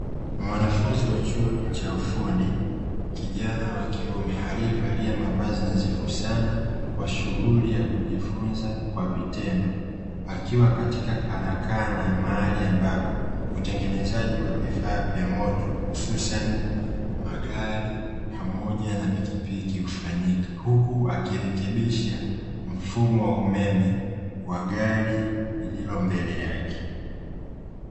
Mwanafunzi wa chuo cha ufundi. Kijana wa kiume aliyevalia mavazi nadhifu sana kwa shughuri ya kujifunza kwa vitendo. Akifika katika karakana mahari ambapo utengenezaji wa vifaa vya moto, hususani magali pamoja na pikipiki hufanyika. Huku akirekebisha mfumo wa umeme wa gari lililo mbele yake.